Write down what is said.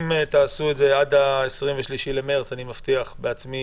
אם תעשו את זה עד ה-23 במרץ, אני מבטיח בעצמי